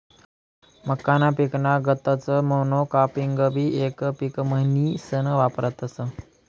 मक्काना पिकना गतच मोनोकापिंगबी येक पिक म्हनीसन वापरतस